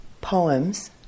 poems